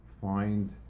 find